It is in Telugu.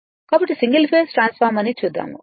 కాబట్టి సింగిల్ ఫేస్ ట్రాన్స్ఫార్మర్ ని చూద్దాము